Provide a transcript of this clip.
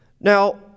Now